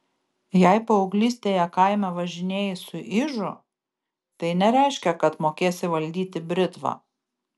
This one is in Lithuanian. jei paauglystėje kaime važinėjai su ižu tai nereiškia kad mokėsi valdyti britvą